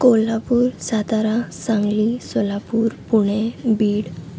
Kolhapur Satara Sangli Solapur Pune Beed